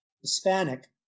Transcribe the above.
hispanic